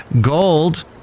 Gold